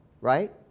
right